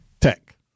Tech